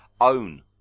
own